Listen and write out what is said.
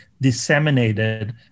disseminated